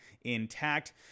intact